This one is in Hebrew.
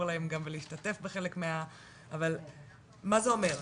להם גם ולהשתתף בחלק מה- אבל מה זה אומר?